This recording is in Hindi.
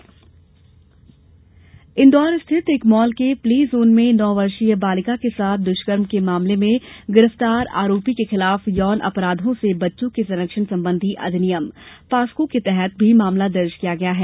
दुष्कर्म इंदौर स्थित एक मॉल के प्ले जोन में नौ वर्षीय बालिका के साथ द्रष्कर्म के मामले में गिरफ्तार आरोपी के खिलाफ यौन अपराधों से बच्चों के संरक्षण संबंधी अधिनियम पाक्सो के तहत भी मामला दर्ज किया गया है